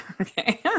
Okay